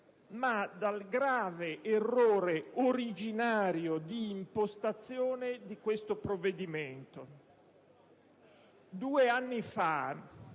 ma dal grave errore originario di impostazione di questo provvedimento. Due anni fa,